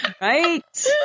Right